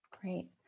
Great